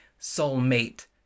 soulmate